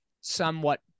somewhat